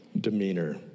demeanor